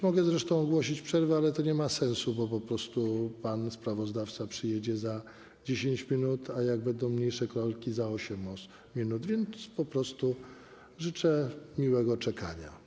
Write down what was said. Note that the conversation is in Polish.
Mogę zresztą ogłosić przerwę, ale to nie ma sensu, bo po prostu pan sprawozdawca przyjedzie za 10 minut, a jak będą mniejsze korki, to za 8 minut, więc po prostu życzę miłego czekania.